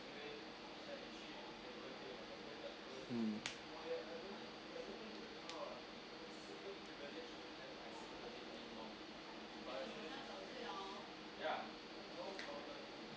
mm